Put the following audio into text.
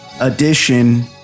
edition